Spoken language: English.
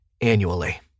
annually